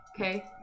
Okay